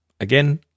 Again